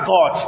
God